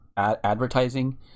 advertising